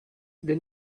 the